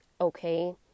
okay